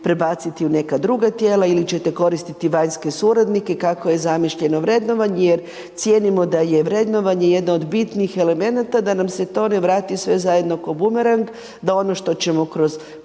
prebaciti u neka druga tijela ili ćete koristiti vanjske suradnike kako je zamišljeno vrednovanje jer cijenimo da je vrednovanje jedna od bitnih elemenata da nam se to ne vrati sve zajedno ko bumerang da ono što ćemo kroz